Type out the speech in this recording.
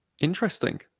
Interesting